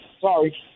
Sorry